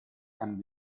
can